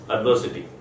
Adversity